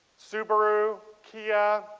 subaru. kia.